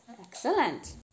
Excellent